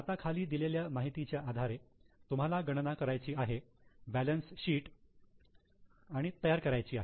आता खाली दिलेल्या माहितीच्या आधारे तुम्हाला गणना करायची आहे आणि बॅलन्स शीट तयार करायची आहे